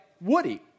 Woody